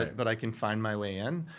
but i can find my way in.